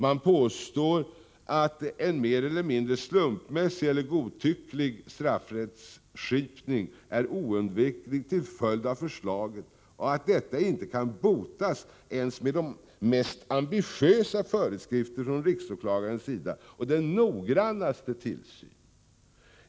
Man påstår att en mer eller mindre slumpmässig eller godtycklig straffrättskipning är oundviklig till följd av förslaget och att detta inte kan botas ens med de mest ambitiösa föreskrifter från riksåklagarens sida och den noggrannaste tillsyn.